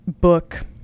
book